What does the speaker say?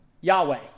Yahweh